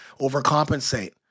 overcompensate